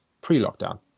pre-lockdown